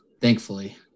thankfully